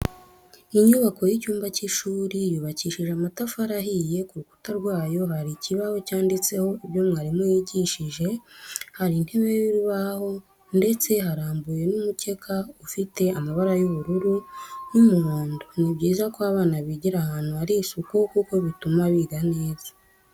Inyubako y'icyumba cy'ishuri yubakishije amatafari ahiye, ku rukuta rwayo hari ikibaho cyanditseho ibyo mwarimu yigishije, hari intebe y'urubaho ndetse harambuyemo n'umukeka ufite amabara y'ubururu n'umuhondo, ni byiza ko abana bigira ahantu hari isuku kuko bituma biga neza.